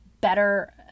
better